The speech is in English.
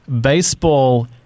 baseball